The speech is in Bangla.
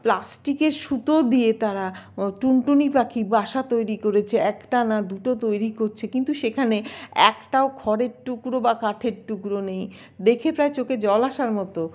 প্লাস্টিকের সুতো দিয়ে তারা টুনটুনি পাখি বাসা তৈরি করেছে একটা না দুটো তৈরি করছে কিন্তু সেখানে একটাও খড়ের টুকরো বা কাঠের টুকরো নেই দেখে প্রায় চোখে জল আসার মতো